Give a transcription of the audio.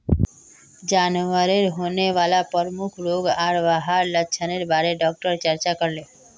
जानवरत होने वाला प्रमुख रोग आर वहार लक्षनेर बारे डॉक्टर चर्चा करले